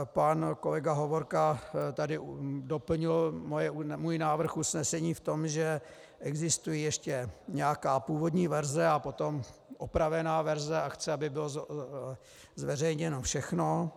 Pan kolega Hovorka tady doplnil můj návrh usnesení v tom, že existuje ještě nějaká původní verze a potom opravená verze, a chce, aby bylo zveřejněno všechno.